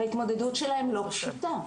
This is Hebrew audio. וההתמודדות שלהם לא פשוטה,